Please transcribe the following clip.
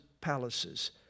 palaces